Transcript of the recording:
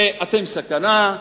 אתם סכנה,